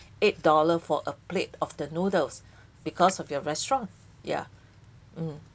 eight dollar for a plate of the noodles because of your restaurant ya mm